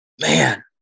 Man